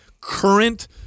current